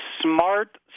smart